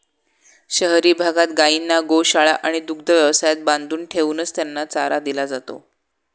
शहरी भागात गायींना गोशाळा आणि दुग्ध व्यवसायात बांधून ठेवूनच त्यांना चारा दिला जातो